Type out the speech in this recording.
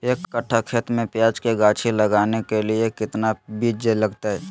एक कट्ठा खेत में प्याज के गाछी लगाना के लिए कितना बिज लगतय?